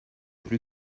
plus